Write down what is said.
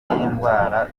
y’indwara